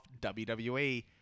WWE